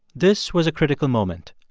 this was a critical moment.